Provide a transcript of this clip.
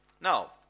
Now